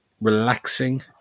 relaxing